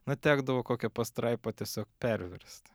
na tekdavo kokią pastraipą tiesiog perversti